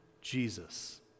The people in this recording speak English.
Jesus